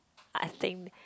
I think